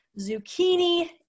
zucchini